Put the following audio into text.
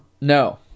No